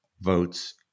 votes